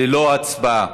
ללא הצבעה.